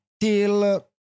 till